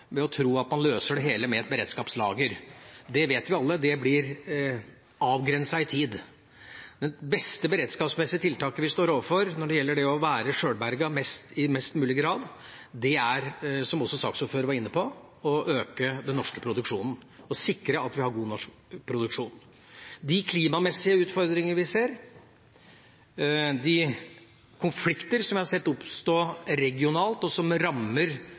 ved å tro at man løser det hele med et beredskapslager. Vi vet alle at det blir avgrenset i tid. Det beste beredskapsmessige tiltaket vi står overfor når det gjelder det å være sjølberget i størst mulig grad, er, som også saksordføreren var inne på, å øke den norske produksjonen, å sikre at vi har en god norsk produksjon. De klimamessige utfordringene vi ser, de konfliktene som jeg har sett oppstå regionalt, og som rammer